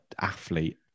athlete